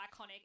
iconic